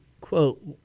quote